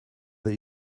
that